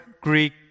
Greek